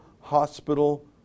hospital